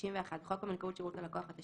"תיקון חוק הבנקאות (שירות ללקוח) 61.בחוק הבנקאות (שירות ללקוח),